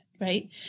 Right